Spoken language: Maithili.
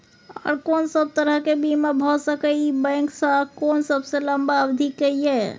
आर कोन सब तरह के बीमा भ सके इ बैंक स आ कोन सबसे लंबा अवधि के ये?